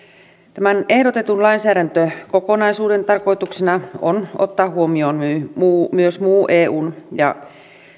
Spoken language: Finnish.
tämän ehdotetun lainsäädäntökokonaisuuden tarkoituksena on ottaa huomioon myös muu kansallisessa ja